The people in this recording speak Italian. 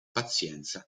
pazienza